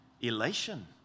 elation